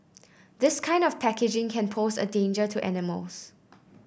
this kind of packaging can pose a danger to animals